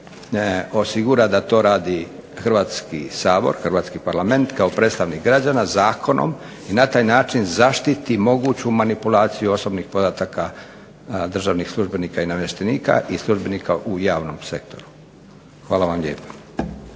osigura da to radi Hrvatski sabor, hrvatski Parlament kao predstavnik građana zakonom i na taj način zaštiti moguću manipulaciju osobnih podataka državnih službenika i namještenika i službenika u javnom sektoru. Hvala vam lijepa.